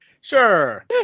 Sure